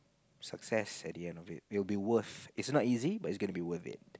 success at the end of it it will be worth it is not easy but it is going to be worth it